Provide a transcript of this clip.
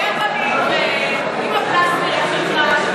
תשב במקווה, עם, שלך, עם,